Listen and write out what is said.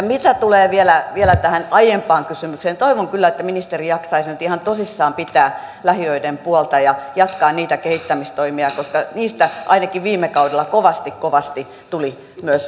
mitä tulee vielä tähän aiempaan kysymykseen toivon kyllä että ministeri jaksaisi nyt ihan tosissaan pitää lähiöiden puolta ja jatkaa niitä kehittämistoimia koska niistä ainakin viime kaudella kovasti kovasti tuli myös myönteistä palautetta